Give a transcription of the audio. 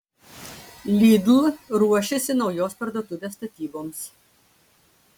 lidl ruošiasi naujos parduotuvės statyboms